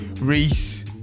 Reese